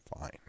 Fine